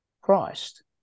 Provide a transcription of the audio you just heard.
Christ